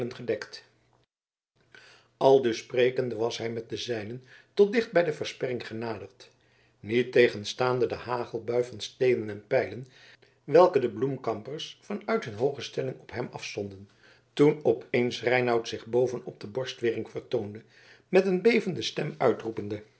gedekt aldus sprekende was hij met de zijnen tot dicht bij de versperring genaderd niettegenstaande de hagelbui van steenen en pijlen welke de bloemkampers van uit hun hooge stelling op hem afzonden toen opeens reinout zich boven op de borstwering vertoonde met een bevende stem